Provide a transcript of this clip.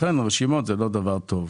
לכן יש כאן ביקורת.